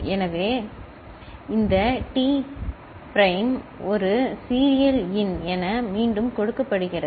எனவே இந்த D prime ஒரு சீரியல் இன் என மீண்டும் கொடுக்கப்படுகிறது